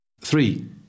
Three